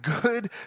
good